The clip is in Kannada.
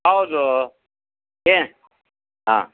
ಹೌದೂ ಎ ಹಾಂ